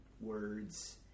words